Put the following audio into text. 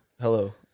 Hello